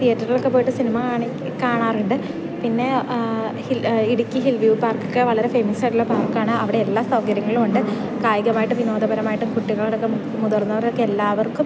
തീയേറ്ററുകളിലൊക്കെ പോയിട്ട് സിനിമ കാണാറുണ്ട് പിന്നെ ഹിൽ ഇടുക്കി ഹിൽ വ്യൂ പാർക്കൊക്കെ വളരെ ഫേമസായിട്ടുള്ള പാർക്കാണ് അവിടെ എല്ലാ സൗകര്യങ്ങളും ഉണ്ട് കായികമായിട്ടും വിനോദപരമായിട്ടും കുട്ടികളടക്കം മുതിർന്നവരൊക്കെ എല്ലാവർക്കും